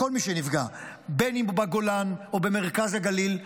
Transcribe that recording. לכל מי שנפגע בין שהוא בגולן או במרכז הגליל.